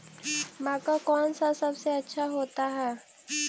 मक्का कौन सा सबसे अच्छा होता है?